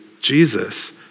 Jesus